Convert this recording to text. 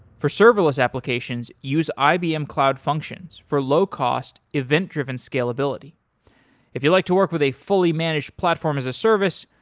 for serverless applications, use ibm cloud functions for low cost, event-driven scalability if you like to work with a fully managed platform as a service,